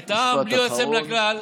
את העם, בלי יוצא מן הכלל,